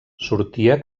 sortia